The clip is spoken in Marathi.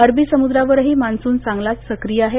अरबी समुद्रावरही मान्सून चांगलाच सक्रिय आहे